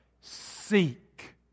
Seek